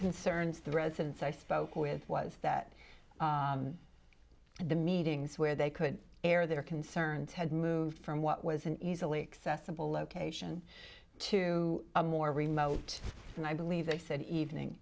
concerns the residents i spoke with was that the meetings where they could air their concerns had moved from what was an easily accessible location to a more remote and i believe they said